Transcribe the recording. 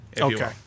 Okay